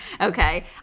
okay